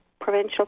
provincial